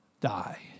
die